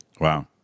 Wow